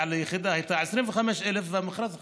ליחידה הייתה 25,000 שקל והמכרז הצליח.